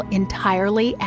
entirely